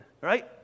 right